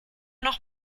noch